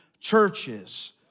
churches